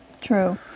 True